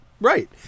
Right